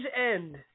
end